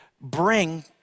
bring